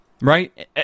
right